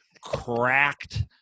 cracked